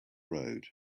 road